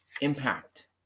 impact